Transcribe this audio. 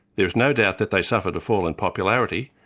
there is no doubt that they suffered a fall in popularity,